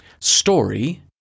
story